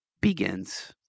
begins